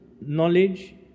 knowledge